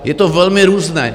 Je to velmi různé.